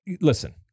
listen